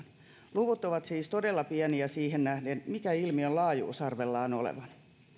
luvut ovat siis todella pieniä siihen nähden mikä ilmiön laajuus arvellaan olevan